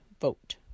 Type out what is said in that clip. Vote